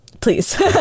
please